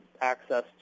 access